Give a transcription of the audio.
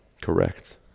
correct